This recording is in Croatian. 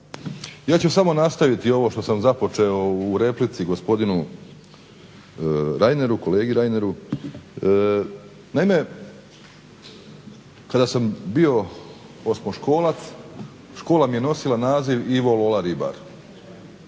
Ja ću samo nastaviti ovo što sam započeo u replici gospodinu Reineru, kolegi Reineru. Naime, kada sam bio osmoškolac škola mi je nosila naziv "Ivo Lola Ribar".